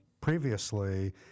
previously